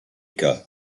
cas